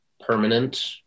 permanent